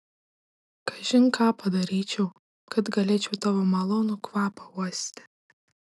kažin ką padaryčiau kad galėčiau tavo malonų kvapą uosti